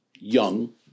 young